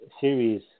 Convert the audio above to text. series